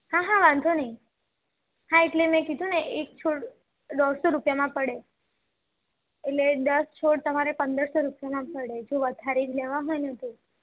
હા હા વાંધો નહીં હા એટલે મેં કીધુ ને એક છોડ દોઢસો રૂપિયામાં પડે એટલે દસ છોડ તમારે પંદરસો રૂપિયાના પડે જો વધારે જ લેવા હોય ને તો